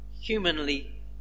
humanly